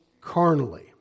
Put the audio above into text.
carnally